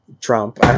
Trump